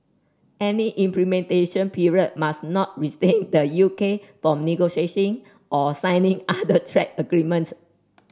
any implementation period must not restrain the U K from negotiating or signing other trade agreements